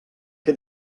que